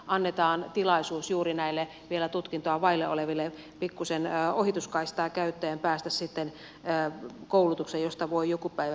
annetaan tilaisuus juuri näille vielä tutkintoa vailla oleville pikkuisen ohituskaistaa käyttäen päästä koulutukseen josta voi joku päivä vielä valmistua